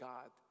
God